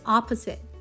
Opposite